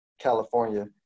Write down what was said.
California